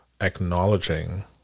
acknowledging